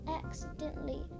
accidentally